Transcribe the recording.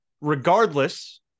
regardless